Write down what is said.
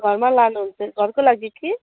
घरमा लानुहुन्छ घरको लागि कि